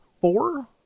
four